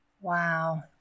Wow